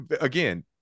again